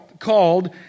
called